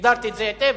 הגדרתי את זה היטב?